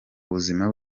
buzima